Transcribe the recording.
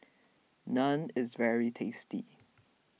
Naan is very tasty